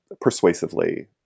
persuasively